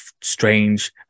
strange